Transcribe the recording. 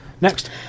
Next